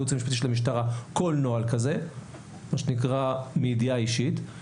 אני מדבר על הייעוץ המשפטי של המשטרה וזה מה שנקרא מידיעה אישית.